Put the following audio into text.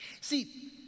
See